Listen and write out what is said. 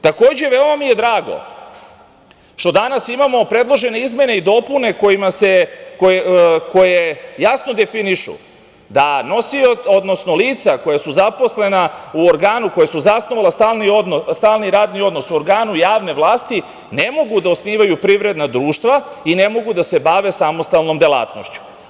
Takođe, veoma mi je drago što danas imamo predložene izmene i dopune koje jasno definišu da lica koja su zaposlena u organu, koja su zasnovali stalni radni odnos u organu javne vlasti ne mogu da osnivaju privredna društva i ne mogu da se bave samostalnom delatnošću.